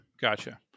gotcha